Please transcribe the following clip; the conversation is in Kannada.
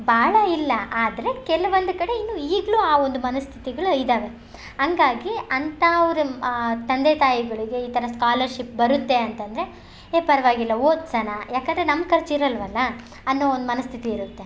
ಬಾಳ ಇಲ್ಲ ಆದರೆ ಕೆಲವೊಂದು ಕಡೆ ಇನ್ನು ಈಗಲೂ ಆ ಒಂದು ಮನಸ್ಥಿತಿಗಳು ಇದ್ದಾವೆ ಹಂಗಾಗಿ ಅಂತವ್ರು ತಂದೆ ತಾಯಿಗಳಿಗೆ ಈ ಥರ ಸ್ಕಾಲರ್ಶಿಪ್ ಬರುತ್ತೆ ಅಂತಂದರೆ ಏ ಪರವಾಗಿಲ್ಲ ಓದ್ಸಣ ಯಾಕೆಂದ್ರೆ ನಮ್ಮ ಖರ್ಚು ಇರಲ್ಲವಲ್ಲ ಅನ್ನೋ ಒಂದು ಮನಸ್ಥಿತಿ ಇರುತ್ತೆ